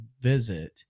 visit